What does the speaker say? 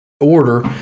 order